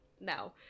no